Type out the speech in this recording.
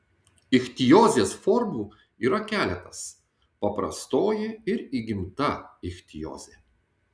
ichtiozės formų yra keletas paprastoji ir įgimta ichtiozė